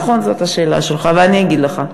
נכון, זו השאלה שלך ואני אגיד לך.